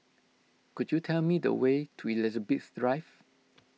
could you tell me the way to Elizabeth Drive